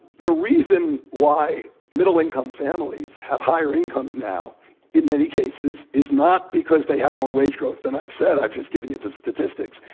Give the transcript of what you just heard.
the reason why middle-income families have higher incomes now in many cases is not because they have more wage growth than i'd said, i've just given you the statistics,